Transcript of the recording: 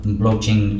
blockchain